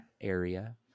area